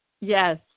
Yes